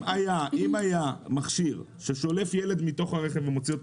אם היה מכשיר ששולף ילד מתוך הרכב ומוציא אותו